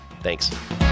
Thanks